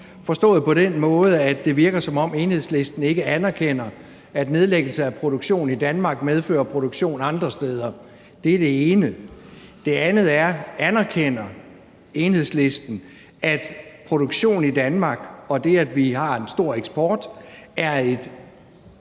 forstået på den måde, at det virker, som om Enhedslisten ikke anerkender, at nedlæggelse af produktion i Danmark medfører produktion andre steder. Det er det ene. Det andet er: Anerkender Enhedslisten, at produktion i Danmark og det, at vi har en stor eksport, er et